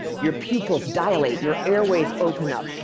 your pupils dilate, your airways open up,